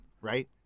right